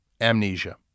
amnesia